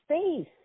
space